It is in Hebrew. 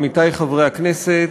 עמיתי חברי הכנסת,